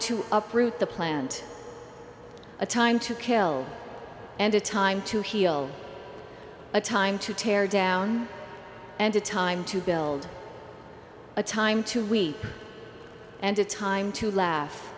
to uproot the plant a time to kill and a time to heal a time to tear down and a time to build a time to weep and a time to la